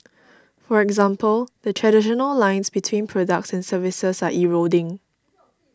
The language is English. for example the traditional lines between products and services are eroding